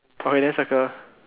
okay then circle